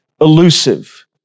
elusive